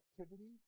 activity